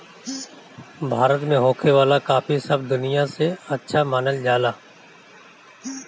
भारत में होखे वाला काफी सब दनिया से अच्छा मानल जाला